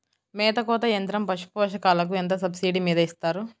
మేత కోత యంత్రం పశుపోషకాలకు ఎంత సబ్సిడీ మీద ఇస్తారు?